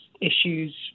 issues